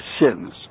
sins